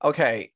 Okay